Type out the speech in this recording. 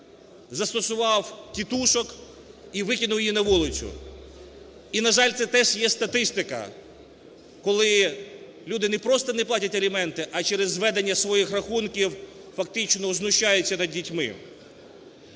Застосував "тітушок" і викинув її на вулицю. І, на жаль, це теж є статистика, коли люди не просто не платять аліменти, а через зведення своїх рахунків фактично знущаються над дітьми.